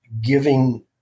giving